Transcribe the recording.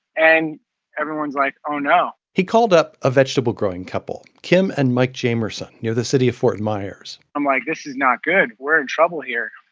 and everyone's like, oh, no he called up a vegetable-growing couple, kim and mike jamerson, near the city of fort myers i'm like, this is not good. we're in trouble here.